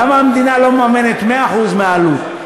למה המדינה לא מממנת 100% העלות?